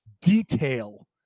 detail